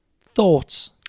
Thoughts